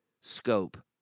scope